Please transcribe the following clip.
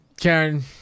Karen